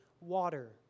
water